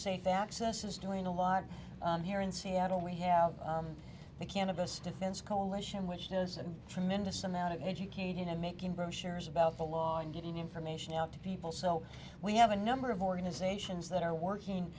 safe access is doing a lot here in seattle we have the cannabis defense coalition which knows a tremendous amount of educating and making brochures about the law and getting information out to people so we have a number of organizations that are working